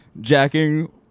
jacking